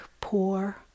poor